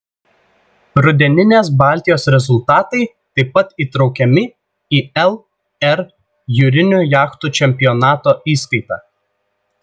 rudeninės baltijos rezultatai taip pat įtraukiami į lr jūrinių jachtų čempionato įskaitą